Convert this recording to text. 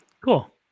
Cool